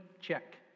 check